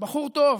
בחור טוב.